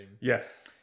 Yes